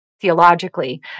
theologically